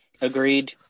agreed